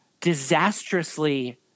disastrously